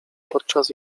podczas